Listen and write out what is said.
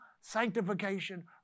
sanctification